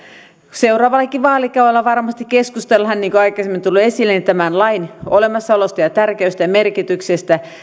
seuraavallakin vaalikaudella varmasti keskustellaan niin kuin aikaisemmin on tullut esille tämän lain olemassaolosta ja tärkeydestä ja merkityksestä